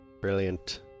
Brilliant